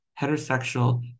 heterosexual